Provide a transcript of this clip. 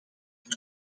dat